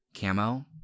Camo